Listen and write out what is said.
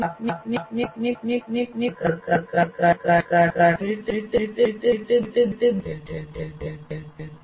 પરંતુ કેટલીક તકનીકીનો ઉપયોગ નોંધપાત્ર રીતે સહાય કરી શકે છે